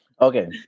Okay